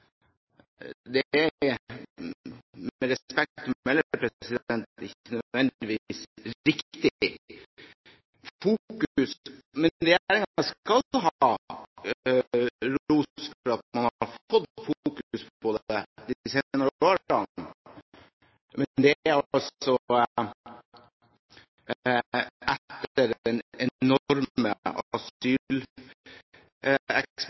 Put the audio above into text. Det er med respekt å melde ikke nødvendigvis riktig. Regjeringen skal ha ros for at man de senere årene har fått fokus på dette, men det er altså etter den enorme